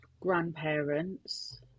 grandparents